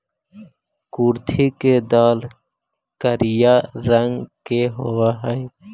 कुर्थी के दाल करिया रंग के होब हई